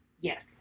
Yes